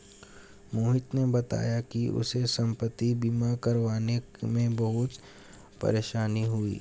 मोहित ने बताया कि उसे संपति बीमा करवाने में बहुत परेशानी हुई